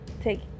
take